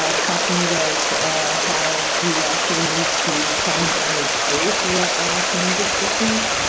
um talking about how we actually need to fundamentally pay for our transit systems